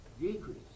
decrease